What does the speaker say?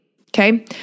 Okay